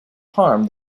harm